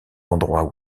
endroit